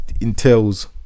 entails